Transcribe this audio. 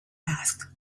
asked